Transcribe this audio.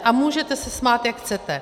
A můžete se smát, jak chcete.